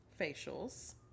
facials